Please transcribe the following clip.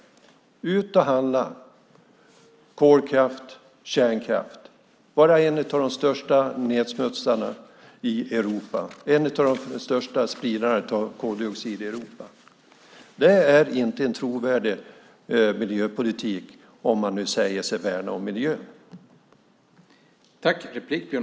Det är okej att handla kolkraft och kärnkraft och vara en av de största nedsmutsarna i Europa, en av de största spridarna av koldioxid i Europa. Det är inte en trovärdig miljöpolitik om man säger sig värna om miljön.